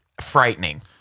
frightening